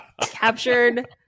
Captured